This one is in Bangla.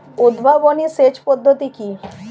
উদ্ভাবনী সেচ পদ্ধতি কি?